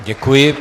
Děkuji.